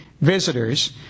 visitors